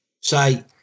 say